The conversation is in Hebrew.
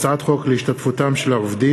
הצעת חוק להשתתפותם של העובדים,